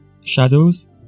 shadows